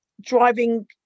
driving